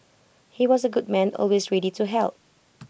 he was A good man always ready to help